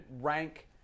rank